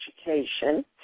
education